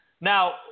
Now